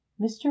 mr